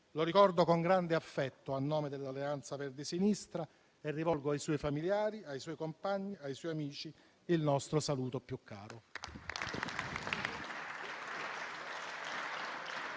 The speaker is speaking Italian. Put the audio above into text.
lo ricordo con grande affetto e, a nome dell'Alleanza Verdi e Sinistra, rivolgo ai suoi familiari, ai suoi compagni, ai suoi amici, il nostro saluto più caro.